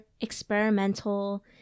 experimental